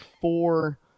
four